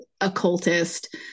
occultist